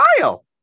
Kyle